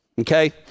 okay